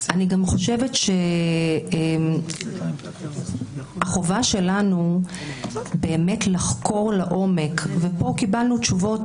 אני גם חושבת שהחובה שלנו באמת לחקור לעומק וקיבלנו פה תשובות